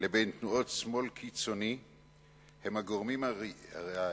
לבין תנועות שמאל קיצוני הוא מהגורמים העיקריים